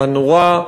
הנורא,